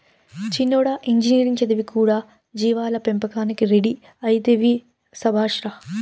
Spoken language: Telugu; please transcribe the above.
చిన్నోడా ఇంజనీరింగ్ చదివి కూడా జీవాల పెంపకానికి రెడీ అయితివే శభాష్ రా